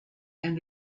and